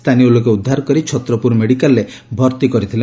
ସ୍ରାନୀୟ ଲୋକେ ଉଦ୍ଧାର କରି ଛତ୍ରପୁର ମେଡିକାଲରେ ଭର୍ତ୍ତି କରିଥିଲେ